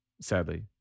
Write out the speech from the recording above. Sadly